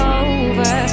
over